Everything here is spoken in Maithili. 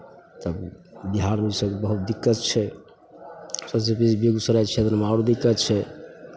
तब बिहारमे इसभके बहुत दिक्कत छै सभसँ बेसी बेगूसराय क्षेत्रमे आओर दिक्कत छै